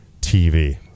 tv